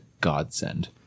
godsend